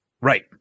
Right